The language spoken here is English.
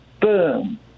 Boom